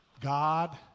God